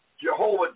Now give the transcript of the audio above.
Jehovah